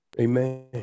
Amen